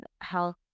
health